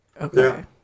Okay